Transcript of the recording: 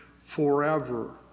forever